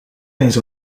eens